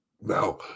Now